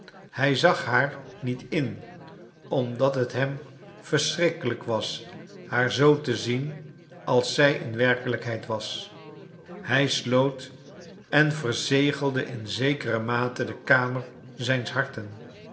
hij zag haar niet in omdat het hem verschrikkelijk was haar zoo te zien als zij in werkelijkheid was hij sloot en verzegelde in zekere mate de kamer zijns harten